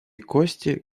кости